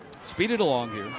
speed it along here.